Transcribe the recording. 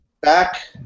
back